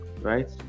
right